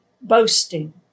boasting